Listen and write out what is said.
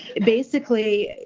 basically,